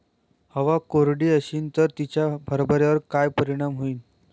हवा कोरडी अशीन त तिचा हरभऱ्यावर काय परिणाम होईन?